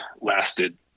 lasted